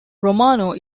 romano